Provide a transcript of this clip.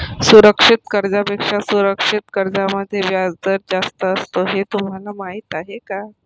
सुरक्षित कर्जांपेक्षा असुरक्षित कर्जांमध्ये व्याजदर जास्त असतो हे तुम्हाला माहीत आहे का?